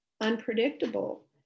unpredictable